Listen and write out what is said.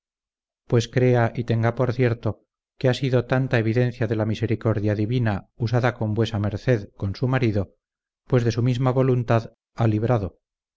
pues crea y tenga por cierto que ha sido tanta evidencia de la misericordia divina usada con vuesa merced con su marido pues de su misma voluntad ha librado